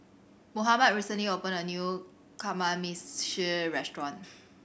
Mohammed recently opened a new Kamameshi Restaurant